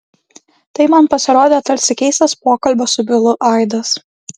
tai man pasirodė tarsi keistas pokalbio su bilu aidas